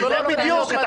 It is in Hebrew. זה בדיוק כך.